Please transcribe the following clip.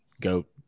Goat